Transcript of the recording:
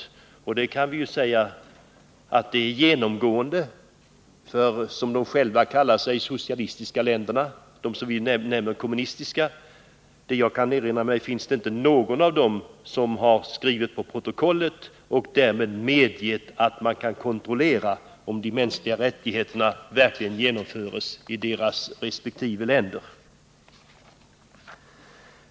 Man kan säga att det är ett förfarande som genomgående tillämpas av — som de själva kallar sig — de socialistiska länderna, de länder som vi kallar kommunistiska. Vad jag kan erinra mig har inte något av dessa länder skrivit på protokollet och därmed medgivit att man kan kontrollera om konventionen om de mänskliga rättigheterna verkligen efterlevs i deras resp. länder.